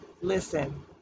Listen